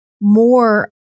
more